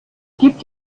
gibt